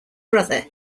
brother